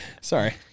Sorry